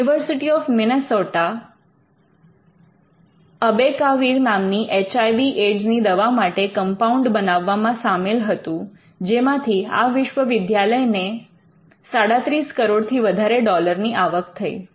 the university of Minnesota abacavir નામની H I V એડ્ઝ્ની દવા માટે કમ્પાઉન્ડ બનાવવામાં સામેલ હતું જેમાંથી આ વિશ્વવિદ્યાલયને 37 કરોડ થી વધારે ડોલરની આવક થઈ